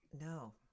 No